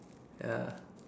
ya